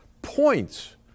points